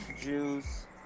Juice